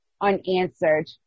unanswered